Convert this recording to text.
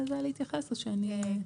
כן.